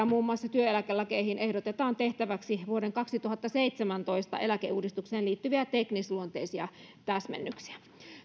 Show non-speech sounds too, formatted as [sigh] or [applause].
[unintelligible] muun muassa työeläkelakeihin ehdotetaan tehtäväksi vuoden kaksituhattaseitsemäntoista eläkeuudistukseen liittyviä teknisluonteisia täsmennyksiä